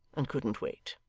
and couldn't wait.